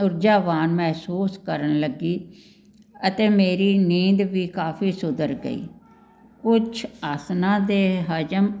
ਊਰਜਾਵਾਨ ਮਹਿਸੂਸ ਕਰਨ ਲੱਗੀ ਅਤੇ ਮੇਰੀ ਨੀਂਦ ਵੀ ਕਾਫੀ ਸੁਧਰ ਗਈ ਕੁਛ ਆਸਣਾਂ ਦੇ ਹਜਮ